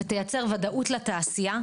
ותייצר ודאות לתעשייה,